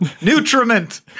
Nutriment